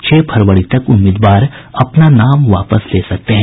छह फरवरी तक उम्मीदवार अपना नाम वापस ले सकते हैं